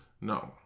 No